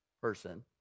person